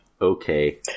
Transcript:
okay